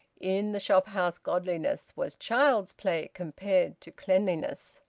in the shop-house godliness was child's play compared to cleanliness.